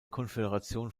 konföderation